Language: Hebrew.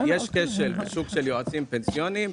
יש כשל בשוק של יועצים פנסיוניים.